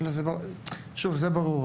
זה ברור,